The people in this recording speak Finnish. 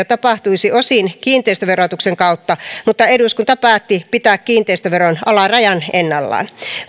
tapahtuisi osin kiinteistöverotuksen kautta mutta eduskunta päätti pitää kiinteistöveron alarajan ennallaan